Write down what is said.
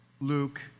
Luke